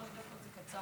שלוש דקות,